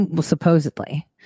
supposedly